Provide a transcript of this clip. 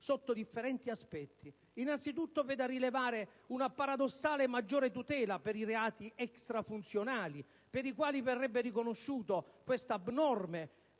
sotto differenti aspetti. Innanzitutto, v'è da rilevare una paradossale maggiore tutela per i reati extrafunzionali, per i quali verrebbe riconosciuto questo abnorme